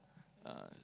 uh